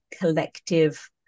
collective